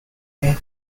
their